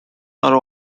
are